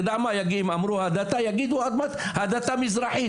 אמרו: "הדתה"; עוד מעט יגידו: "הדתה מזרחית",